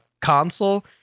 console